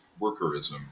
workerism